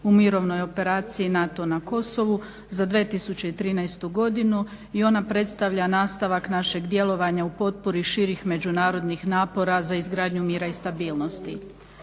u mirovnoj operaciji NATO na Kosovu za 2013. godinu i ona predstavlja nastavak našeg djelovanja u potpori širih međunarodnih napora za izgradnju mira i stabilnosti.